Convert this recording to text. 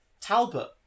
Talbot